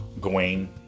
Gawain